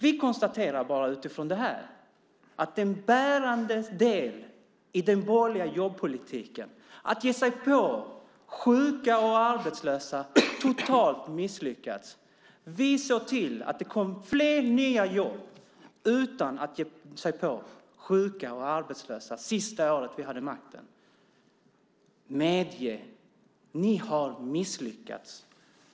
Vi konstaterar bara utifrån detta att en bärande del i den borgerliga jobbpolitiken - att ge sig på sjuka och arbetslösa - totalt har misslyckats. Vi såg till att det kom fler nya jobb under det sista året vi hade makten utan att ge oss på sjuka och arbetslösa. Medge att ni har misslyckats!